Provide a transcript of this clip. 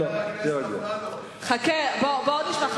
חבר הכנסת אפללו, בואו נשמע.